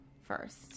first